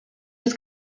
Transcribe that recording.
was